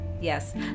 Yes